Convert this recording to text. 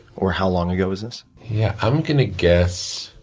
or how long ago was this? yeah i'm gonna guess